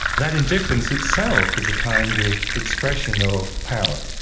that indifference itself is a kind of expression of power.